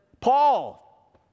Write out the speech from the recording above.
Paul